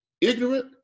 ignorant